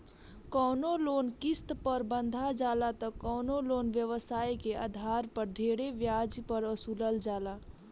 कवनो लोन किस्त पर बंधा जाला त कवनो लोन व्यवसाय के आधार पर ढेरे ब्याज पर वसूलल जाला